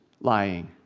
lying